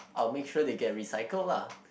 I will make sure they get recycled lah